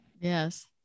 Yes